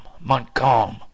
Montcalm